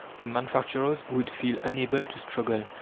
the manufacturers would feel unable to struggle,